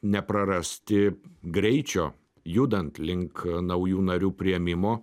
neprarasti greičio judant link naujų narių priėmimo